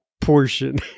portion